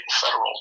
federal